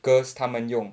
girls 他们用